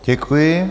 Děkuji.